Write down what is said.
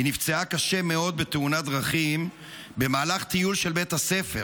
היא נפצעה קשה מאוד בתאונת דרכים במהלך טיול של בית הספר,